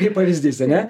kaip pavyzdys ar ne